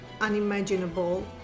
unimaginable